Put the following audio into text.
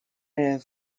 air